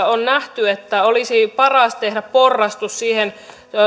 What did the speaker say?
on nähty että olisi paras tehdä porrastus siihen